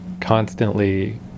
constantly